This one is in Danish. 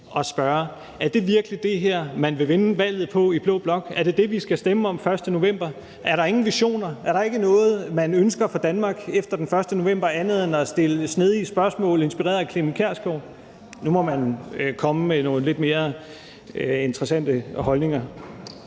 at spørge: Er det virkelig det her, man vil vinde valget på i blå blok? Er det det, vi skal stemme om den 1. november? Er der ingen visioner? Er der ikke noget, man ønsker for Danmark efter den 1. november, andet end at stille snedige spørgsmål inspireret af Clement Kjersgaard? Nu må man komme med nogle lidt mere interessante holdninger.